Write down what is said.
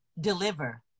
deliver